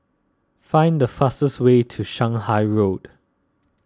find the fastest way to Shanghai Road